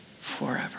forever